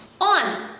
On